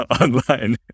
online